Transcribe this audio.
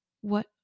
What